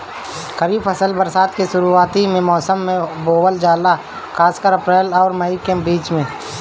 खरीफ फसल बरसात के शुरूआती मौसम में बोवल जाला खासकर अप्रैल आउर मई के बीच में